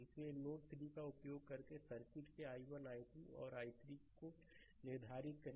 इसलिए नोड 3 का उपयोग करके सर्किट के i1 i2 और i3 को निर्धारित करें